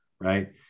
right